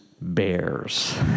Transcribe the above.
bears